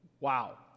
wow